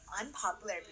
unpopular